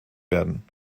werden